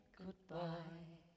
goodbye